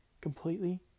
Completely